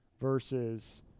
versus